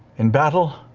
in battle